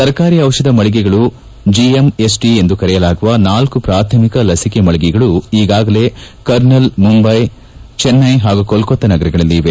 ಸರ್ಕಾರಿ ದಿಷಧ ಮಳಿಗೆಗಳು ಜಿಎಂಎಸ್ಡಿ ಎಂದು ಕರೆಯಲಾಗುವ ನಾಲ್ಲು ಪ್ರಾಥಮಿಕ ಲಸಿಕೆ ಮಳಿಗೆಗಳು ಈಗಾಗಲೇ ಕರ್ನಲ್ ಮುಂಬೈ ಚೆನ್ನೈ ಹಾಗೂ ಕೊಲ್ಕತ್ತಾ ನಗರಗಳಲ್ಲಿ ಇವೆ